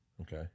Okay